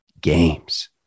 games